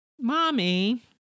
Mommy